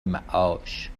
معاش